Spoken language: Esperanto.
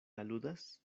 aludas